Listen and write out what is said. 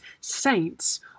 saints